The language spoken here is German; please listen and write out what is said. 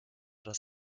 das